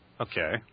Okay